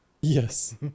Yes